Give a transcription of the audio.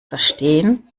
verstehen